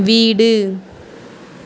வீடு